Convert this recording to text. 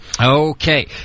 Okay